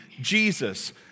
Jesus